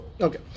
Okay